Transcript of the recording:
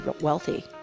wealthy